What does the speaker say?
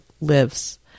lives